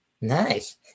Nice